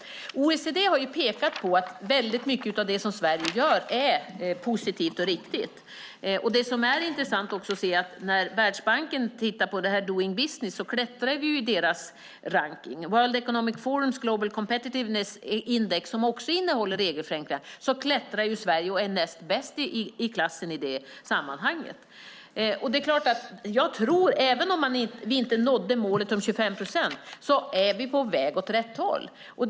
OECD har pekat på att mycket av det som Sverige gör är positivt och riktigt. Det är intressant att se att när Världsbanken tittar på detta i sin Doing Business-rapport klättrar vi i deras rankning. I World Economic Forums Global Competitiveness-index som också innehåller regelförenklingar klättrar Sverige och är näst bäst i klassen i sammanhanget. Även om vi inte nådde målet om 25 procent är vi på väg åt rätt håll.